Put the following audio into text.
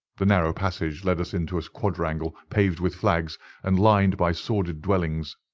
the narrow passage led us into a quadrangle paved with flags and lined by sordid dwellings.